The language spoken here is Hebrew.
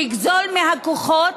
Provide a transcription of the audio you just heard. זה יגזול מהכוחות,